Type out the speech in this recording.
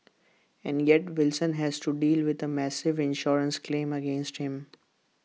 and yet Wilson has to be with A massive insurance claim against him